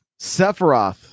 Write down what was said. Sephiroth